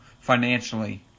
financially